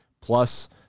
plus